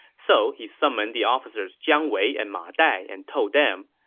so he summoned the officers jiang wei and ma dai and told them,